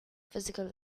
physical